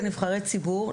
בנבחרי ציבור,